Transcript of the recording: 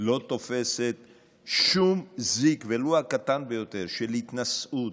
לא תופסת שום זיק ולו הקטן ביותר של התנשאות.